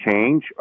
change